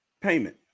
payment